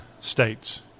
states